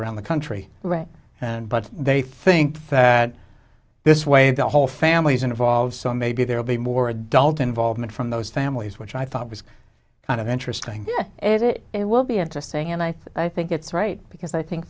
around the country right and but they think that this way the whole family's involved so maybe there will be more adult involvement from those families which i thought was kind of interesting it will be interesting and i think it's right because i think